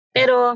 Pero